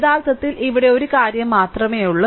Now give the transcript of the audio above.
യഥാർത്ഥത്തിൽ ഇവിടെ ഒരു കാര്യം മാത്രമേയുള്ളൂ